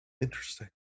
interesting